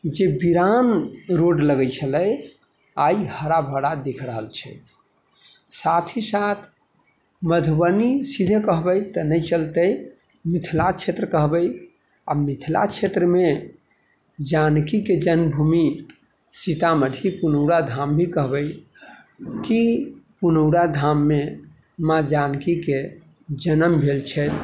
जे वीरान रोड लगै छलै आइ हरा भरा दिखि रहल छै साथ ही साथ मधुबनी सीधे कहबै तऽ नहि चलतै मिथिला क्षेत्र आओर मिथिला क्षेत्रमे जानकीके जन्मभूमि सीतामढ़ी पुनौरा धाम भी कहबै की पुनौरा धाममे माँ जानकीके जन्म भेल छनि